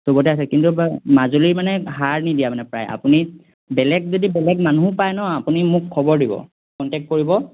সবতে আছে কিন্তু মাজুলীৰ মানে সাৰ নিদিয়া মানে প্ৰায় আপুনি বেলেগ যদি বেলেগ মানুহো পায় নহ্ আপুনি মোক খবৰ দিব কণ্টেক্ট কৰিব